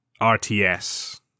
RTS